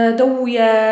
dołuje